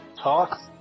talk